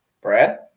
Brad